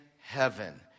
heaven